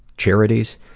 charities.